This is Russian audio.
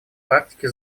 практике